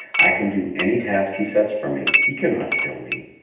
i can do any task he sets for me. he cannot kill me.